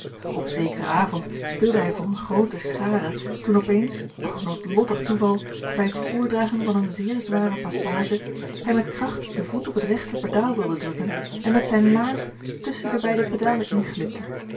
op zekeren avond speelde hij voor eene groote schare toen op eens o noodlottig toeval bij het voordragen van eene zeer zware passage hij met kracht den voet op het regter pedaal wilde drukken en met zijne laars tusschen de beide pedalen